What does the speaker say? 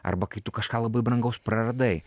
arba kai tu kažką labai brangaus praradai